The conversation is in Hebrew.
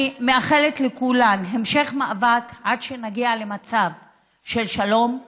אני מאחלת לכולם המשך מאבק עד שנגיע למצב של שלום,